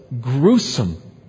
gruesome